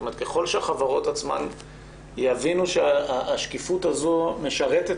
ככל שהחברות עצמן יבינו שהשקיפות הזו משרתת